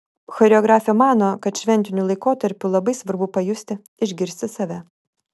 choreografė mano kad šventiniu laikotarpiu labai svarbu pajusti išgirsti save